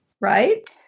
right